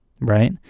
Right